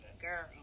girl